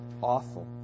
awful